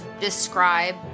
describe